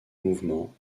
mouvement